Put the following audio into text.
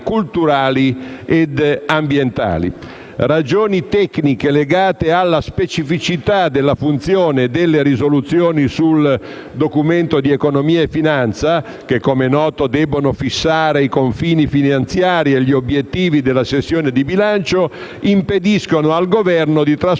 culturali e ambientali. Ragioni tecniche legate alla specificità della funzione delle risoluzioni sul Documento di economia e finanza, che - come è noto - debbono fissare i confini finanziari e gli obiettivi della sessione di bilancio, impediscono al Governo di trasformare